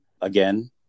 again